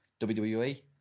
wwe